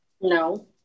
no